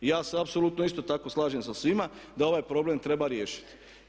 I ja se apsolutno isto tako slažem sa svima da ovaj problem treba riješiti.